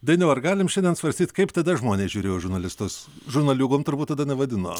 dainiau ar galim šiandien svarstyt kaip tada žmonės žiūrėjo į žurnalistus žurnaliūgom turbūt tada vadino